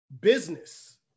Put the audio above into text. business